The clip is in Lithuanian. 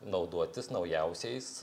naudotis naujausiais